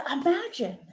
imagine